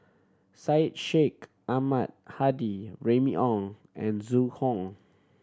Syed Sheikh Ahmad Hadi Remy Ong and Zhu Hong